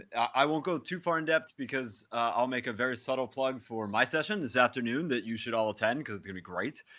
i won't go too far in depth, because i'll make a very subtle plug for my session this afternoon that you should all attend, because it's going to be great.